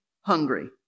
hungry